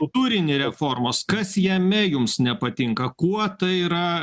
turinį reformos kas jame jums nepatinka kuo tai yra